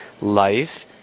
life